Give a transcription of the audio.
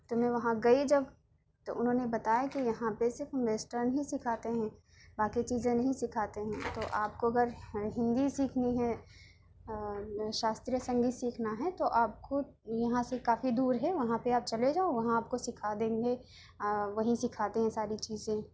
تو میں وہاں گئی جب تو انہوں نے بتایا کہ یہاں پہ صرف ویسٹرن ہی سکھاتے ہیں باقی چیزیں نہیں سکھاتے ہیں تو آپ کو اگر ہندی سیکھنی ہے شاستریہ سنگیت سیکھنا ہے تو آپ کو یہاں سے کافی دور ہے وہاں پے آپ چلے جاؤ وہاں آپ کو سکھا دیں گے وہیں سکھاتے ہیں ساری چیزیں